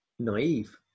naive